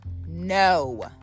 No